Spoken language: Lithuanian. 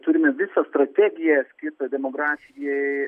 turime visą strategiją skirtą demografijai